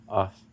off